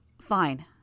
Fine